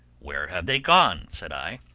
where have they gone? said i.